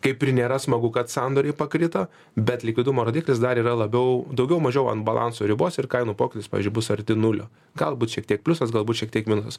kaip ir nėra smagu kad sandoriai pakrito bet likvidumo rodiklis dar yra labiau daugiau mažiau ant balanso ribos ir kainų pokytis pavyzdžiui bus arti nulio galbūt šiek tiek pliusas galbūt šiek tiek minus